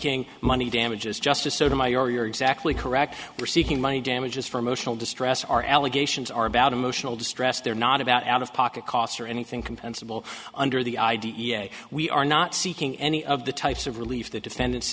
seeking money damages justice sotomayor you're exactly correct we're seeking money damages for motional distress our allegations are about emotional distress they're not about out of pocket costs or anything compensable under the i d e a we are not seeking any of the types of relief the defendant